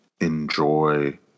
enjoy